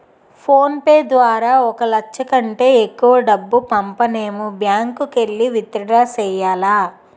phone pay ద్వారా ఒక లచ్చ కంటే ఎక్కువ డబ్బు పంపనేము బ్యాంకుకెల్లి విత్ డ్రా సెయ్యాల